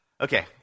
Okay